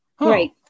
Right